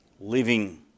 living